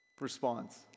response